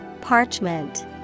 Parchment